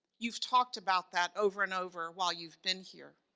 you've talked about that, over and over, while you've been here.